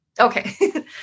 Okay